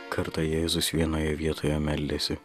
kartą jėzus vienoje vietoje meldėsi